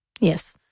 Yes